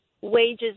wages